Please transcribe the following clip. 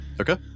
Okay